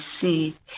see